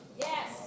Yes